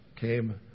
came